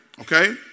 okay